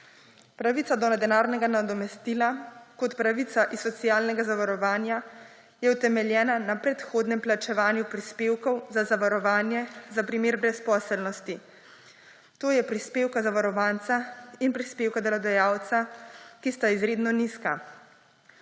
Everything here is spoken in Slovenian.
Pravica do denarnega nadomestila kot pravica iz socialnega zavarovanja je utemeljena na predhodnem plačevanju prispevkov za zavarovanje za primer brezposelnosti, to je prispevka zavarovanca in prispevka delodajalca, ki sta izredno nizka.